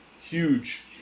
huge